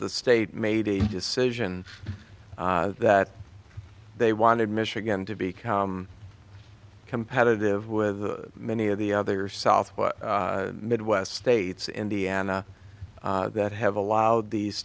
the state made a decision that they wanted michigan to become competitive with many of the other south midwest states indiana that have allowed these